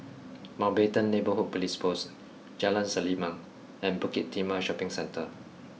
Mountbatten Neighbourhood Police Post Jalan Selimang and Bukit Timah Shopping Centre